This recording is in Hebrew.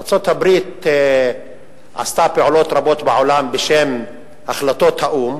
ארצות-הברית עשתה פעולות רבות בעולם בשם החלטות האו"ם